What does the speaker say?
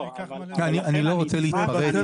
אני לא רוצה להתפרץ.